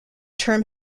term